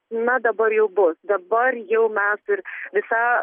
na dabar jau bus dabar jau mes ir visa